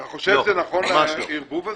אתה חושב שזה נכון הערבוב הזה?